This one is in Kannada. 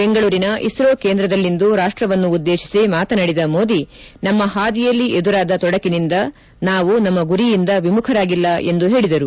ಬೆಂಗಳೂರಿನ ಇಸ್ತೋ ಕೇಂದ್ರದಲ್ಲಿಂದು ರಾಷ್ಷವನ್ನುದ್ದೇತಿಸಿ ಮಾತನಾಡಿದ ಮೋದಿ ನಮ್ಮ ಹಾದಿಯಲ್ಲಿ ಎದುರಾದ ತೊಡಕಿನಿಂದ ನಾವು ನಮ್ಮ ಗುರಿಯಿಂದ ವಿಮುಖರಾಗಿಲ್ಲ ಎಂದು ಹೇಳಿದರು